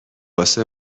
واسه